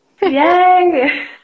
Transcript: Yay